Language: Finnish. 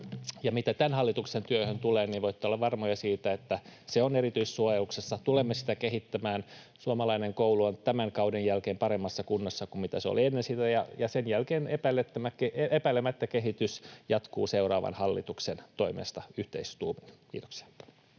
mitä tämän hallituksen työhön tulee, niin voitte olla varmoja siitä, että se on erityissuojeluksessa. Tulemme sitä kehittämään. Suomalainen koulu on tämän kauden jälkeen paremmassa kunnossa kuin se oli ennen, ja sen jälkeen epäilemättä kehitys jatkuu seuraavan hallituksen toimesta yhteistuumin. — Kiitoksia.